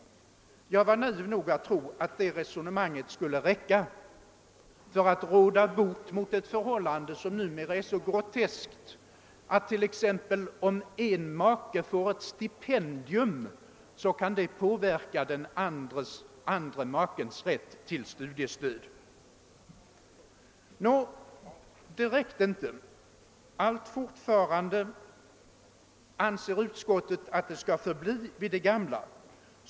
Jag var naiv nog att tro att det resonemanget skulle räcka för att råda bot mot ett förhållande som nu är så groteskt, att om t.ex. ena maken får ett stipendium kan det inverka på den andra makens rätt till studiestöd. Nå, det räckte inte! Allt fortfarande anser utskottet att det skall förbli vid det gamla.